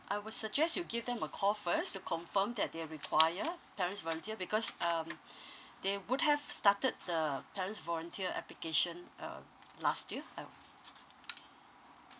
I will suggest you give them a call first to confirm that they require parents volunteer because um they would have started the parents volunteer application uh last year